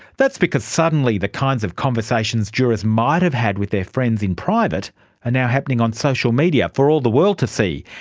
that's because, suddenly, the kinds of conversations jurors might've had with their friends in private are now happening on social media for all the world to see.